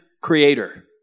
creator